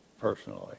personally